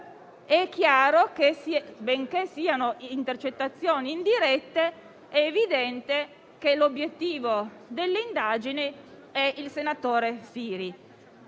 il gup, benché siano intercettazioni indirette, è evidente che l'obiettivo dell'indagine sia il senatore Siri,